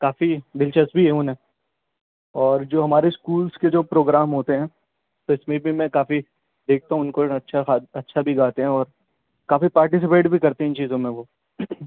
کافی دلچسپی ہے انہیں اور جو ہمارے اسکولس کے جو پروگرام ہوتے ہیں اس میں بھی کافی دیکھتا ہوں ان کو ایک اچھا بھی گاتے ہیں اور کافی پارٹیسپیٹ بھی کرتے ہیں ان چیزوں میں وہ